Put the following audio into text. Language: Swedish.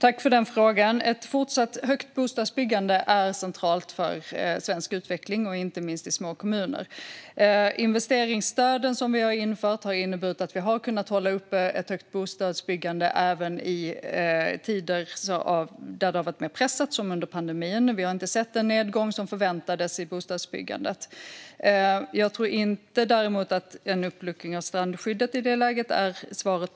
Herr talman! Ett fortsatt högt bostadsbyggande är centralt för svensk utveckling, inte minst i små kommuner. De investeringsstöd som vi har infört har inneburit att vi kunnat hålla uppe ett högt bostadsbyggande även i tider då det varit mer pressat, som under pandemin. Vi har inte sett den nedgång som förväntades i bostadsbyggandet. Jag tror inte att en uppluckring av strandskyddet i det läget är svaret.